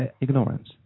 ignorance